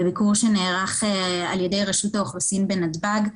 זה ביקור שנערך על ידי רשות האוכלוסין בנתב"ג,